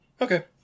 okay